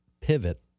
pivot